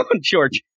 George